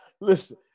listen